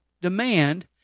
demand